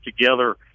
together